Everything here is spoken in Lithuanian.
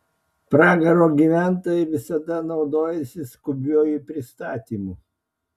pragaro gyventojai visada naudojasi skubiuoju pristatymu